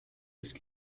ist